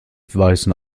weisen